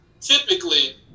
typically